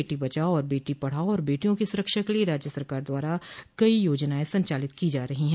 बेटी बचाओ और बेटी पढ़ाओं और बेटियों की सुरक्षा के लिये राज्य सरकार द्वारा कई योजनायें संचालित की जा रही हैं